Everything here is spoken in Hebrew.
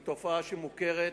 היא תופעה מוכרת,